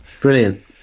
Brilliant